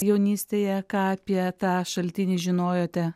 jaunystėje ką apie tą šaltinį žinojote